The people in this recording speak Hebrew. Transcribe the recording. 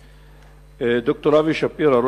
ד"ר אבי שפירא,